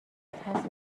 ترس